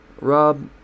Rob